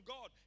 God